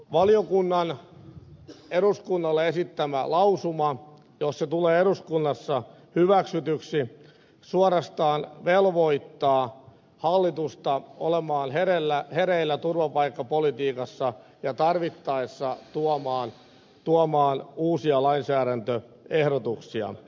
valiokunnan eduskunnalle esittämä lausuma jos se tulee eduskunnassa hyväksytyksi suorastaan velvoittaa hallitusta olemaan hereillä turvapaikkapolitiikassa ja tarvittaessa tuomaan uusia lainsäädäntöehdotuksia